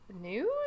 news